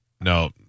no